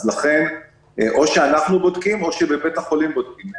לכן או שאנחנו בודקים או שבבית החולים בודקים.